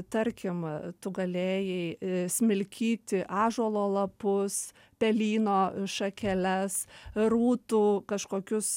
tarkim tu galėjai smilkyti ąžuolo lapus pelyno šakeles rūtų kažkokius